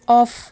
off